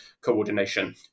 coordination